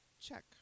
check